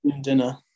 Dinner